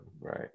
Right